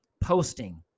posting